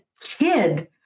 kid